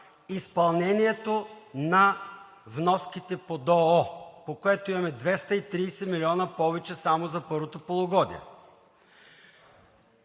изпълнението на вноските по ДОО, по което имаме 230 милиона повече само за първото полугодие,